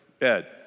Ed